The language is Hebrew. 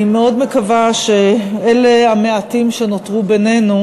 אני מאוד מקווה שאלה המעטים שנותרו בינינו